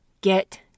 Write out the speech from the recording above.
get